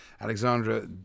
Alexandra